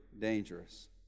dangerous